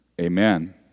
Amen